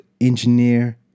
engineer